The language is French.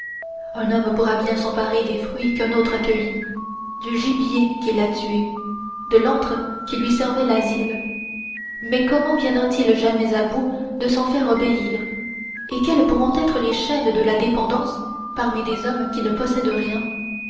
un homme pourra bien s'emparer des fruits qu'un autre a cueillis du gibier qu'il a tué de l'antre qui lui servait l'asile mais comment viendra-t-il jamais à bout de s'en faire obéir et quelles pourront être les chaînes de la dépendance parmi des hommes qui ne possèdent rien